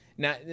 Now